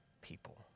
people